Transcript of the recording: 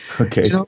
Okay